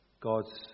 God's